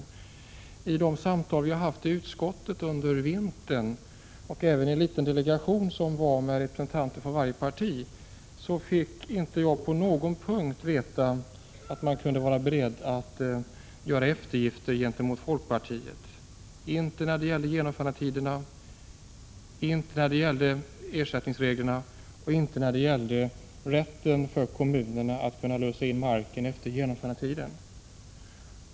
Vid de samtal som vi har haft i utskottet under vintern och även i en liten delegation med representanter för varje parti fick jag inte på någon punkt veta att socialdemokraterna kunde vara beredda till eftergifter gentemot folkpartiet — inte när det gäller genomförandetiden, inte när det gäller ersättningsreglerna och inte när det gäller rätten för kommunerna att lösa in mark efter genomförandetiden.